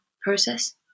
process